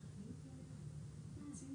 שכשאתם דנים בנושא,